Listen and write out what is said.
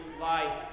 life